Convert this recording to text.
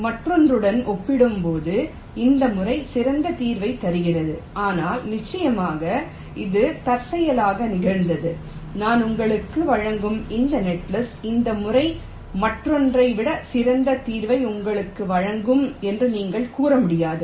எனவே மற்றொன்றுடன் ஒப்பிடும்போது இந்த முறை சிறந்த தீர்வைத் தருகிறது ஆனால் நிச்சயமாக இது தற்செயலாக நிகழ்ந்தது நான் உங்களுக்கு வழங்கும் எந்த நெட்லிஸ்ட் இந்த முறை மற்றொன்றை விட சிறந்த தீர்வை உங்களுக்கு வழங்கும் என்று நீங்கள் கூற முடியாது